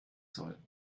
soll